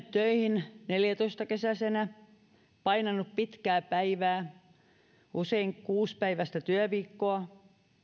töihin neljätoistakesäisenä painanut pitkää päivää usein kuusipäiväistä työviikkoa